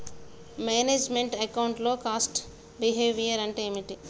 Manage meant account లో cost behaviour అంటే ఏమిటి?